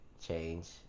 change